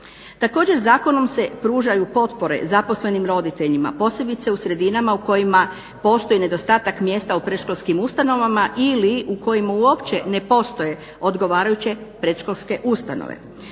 Također zakonom se pružaju potpore zaposlenim roditeljima posebice u sredinama u kojima postoji nedostatak mjesta u predškolskim ustanovama ili u kojima uopće ne postoje odgovarajuće predškolske ustanove.